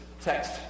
text